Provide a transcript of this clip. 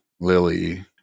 Lily